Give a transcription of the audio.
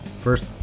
first